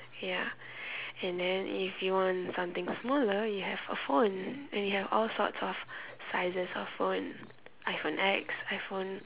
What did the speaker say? ya and then if you want something smaller you have a phone and you have all sorts of sizes of phone iPhone X iPhone